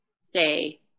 say